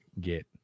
get